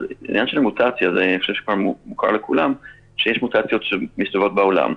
אני חושב שכבר מוכר לכולם שיש מוטציות שמסתובבות בעולם,